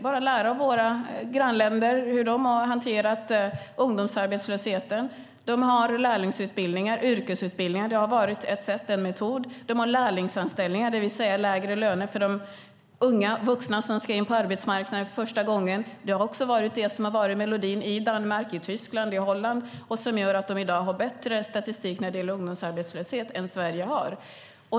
Vi kan lära av hur våra grannländer har hanterat ungdomsarbetslösheten. De har lärlingsutbildningar och yrkesutbildningar. Det har varit en metod. De har lärlingsanställningar, det vill säga lägre löner för de unga vuxna som ska in på arbetsmarknaden för första gången. Det har också varit melodin i Danmark, Tyskland och Holland och som gör att de i dag har en bättre statistik när det gäller ungdomsarbetslöshet än Sverige.